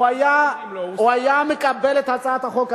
הוא היה מקבל את הצעת החוק.